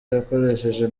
yakoresheje